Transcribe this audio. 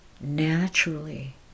naturally